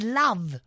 love